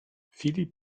filip